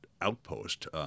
outpost